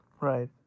Right